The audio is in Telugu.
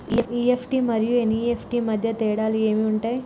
ఇ.ఎఫ్.టి మరియు ఎన్.ఇ.ఎఫ్.టి వీటి మధ్య తేడాలు ఏమి ఉంటాయి?